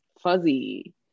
fuzzy